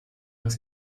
was